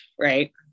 right